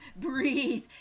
breathe